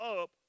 up